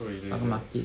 对对对